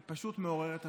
היא פשוט מעוררת השראה.